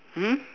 hmm